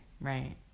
right